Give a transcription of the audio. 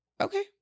Okay